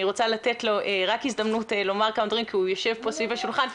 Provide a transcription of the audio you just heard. רוצה לתת לו הזדמנות לומר כמה דברים כי הוא יושב כאן סביב השולחן.